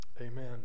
amen